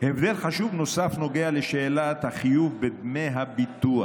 הבדל חשוב נוסף נוגע לשאלת החיוב בדמי הביטוח.